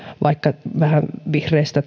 vaikka vihreistä